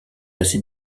assez